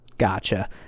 Gotcha